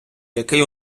який